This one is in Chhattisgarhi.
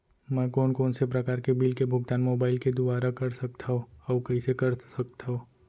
मैं कोन कोन से प्रकार के बिल के भुगतान मोबाईल के दुवारा कर सकथव अऊ कइसे कर सकथव?